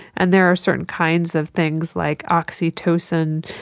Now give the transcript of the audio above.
and there are certain kinds of things like oxytocin,